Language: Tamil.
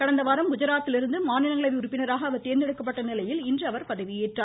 கடந்த வாரம் குஜராத்திலிருந்து மாநிலங்களவை உறுப்பினராக அவர் தேர்ந்தெடுக்கப்பட்ட நிலையில் இன்று அவர் பதவி ஏற்றார்